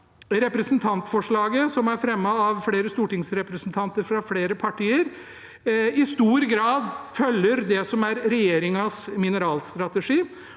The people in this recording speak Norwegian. representantforslaget som er fremmet av flere stortingsrepresentanter fra flere partier, i stor grad følger det som er regjeringens mineralstrategi.